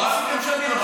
לא עשיתם שנים.